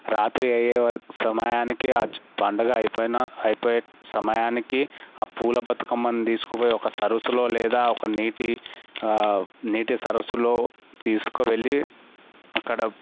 రాత్రి అయ్యే వర సమయానికి ఆ పండగ అయిపోయిన అయిపోయే సమయానికి ఆ పూల బతుకమ్మను తీసుకుపోయి ఒక సరస్సులో లేదా ఒక నీటి నీటి సరస్సులో తీసుకువెళ్ళి అక్కడ